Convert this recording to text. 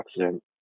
accident